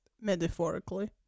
Metaphorically